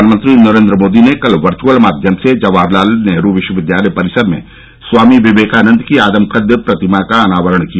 प्रधानमंत्री नरेन्द्र मोदी ने कल वर्यअल माध्यम से जवाहर लाल नेहरु विश्वविद्यालय परिसर में स्वामी विवेकानंद की आदमकद प्रतिमा का अनावरण किया